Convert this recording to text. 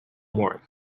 more